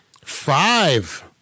Five